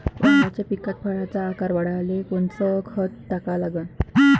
वांग्याच्या पिकात फळाचा आकार वाढवाले कोनचं खत टाका लागन?